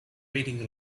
waiting